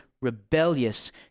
rebellious